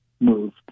moved